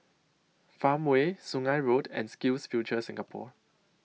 Farmway Sungei Road and SkillsFuture Singapore